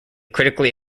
critically